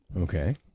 Okay